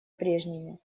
прежними